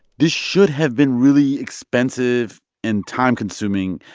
this should have been really expensive and time-consuming,